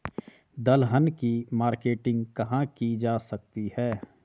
दलहन की मार्केटिंग कहाँ की जा सकती है?